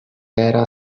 era